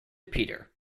peter